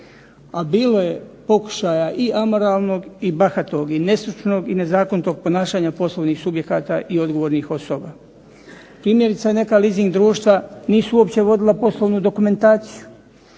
A bilo je pokušaja i amoralnog i bahatog, i nestručnog i nezakonitog ponašanja poslovnih subjekata i odgovornih osoba. Primjerice, neka leasing društva nisu uopće vodila poslovnu dokumentaciju.